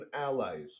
allies